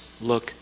look